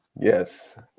Yes